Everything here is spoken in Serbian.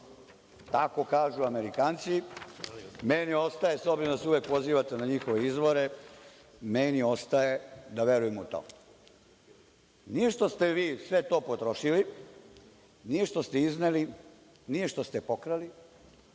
Tako kažu Amerikanci, meni ostaje, s obzirom da se uvek pozivate na njihove izvore, meni ostaje da verujem u to. Nije što ste vi sve to potrošili, nije što ste izneli, nije što ste pokrali,